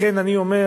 לכן אני אומר,